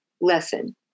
lesson